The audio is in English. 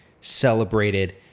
celebrated